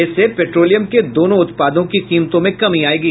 इससे पेट्रोलियम के दोनों उत्पादों की कीमतों में कमी आयेगी